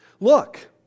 Look